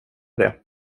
det